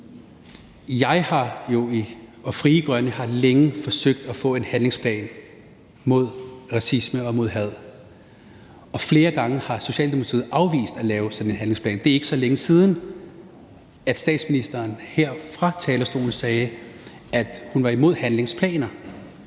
jeg sige: Jeg og Frie Grønne har jo længe forsøgt at få en handlingsplan mod racisme og mod had. Flere gange har Socialdemokratiet afvist at lave sådan en handlingsplan. Det er ikke så længe siden, at statsministeren her fra talerstolen sagde, at hun var imod handlingsplaner,